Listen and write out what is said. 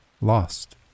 lost